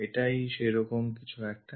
এটাই সেরকম কিছু একটা